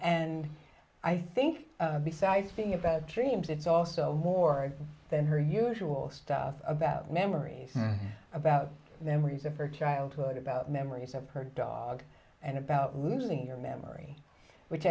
nd i think besides being about dreams it's also more than her usual stuff about memories about memories of her childhood about memories of her dog and about losing your memory which